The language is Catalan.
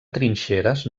trinxeres